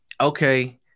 okay